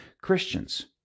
Christians